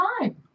time